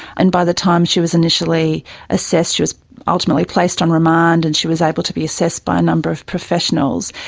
and by the time she was initially assessed she was ultimately placed on remand and she was able to be assessed by a number of professionals.